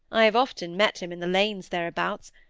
i have often met him in the lanes thereabouts,